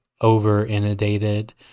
over-inundated